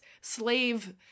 slave